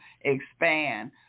expand